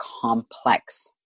complex